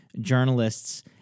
journalists